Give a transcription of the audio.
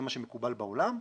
זה מה שמקובל בעולם,